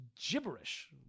gibberish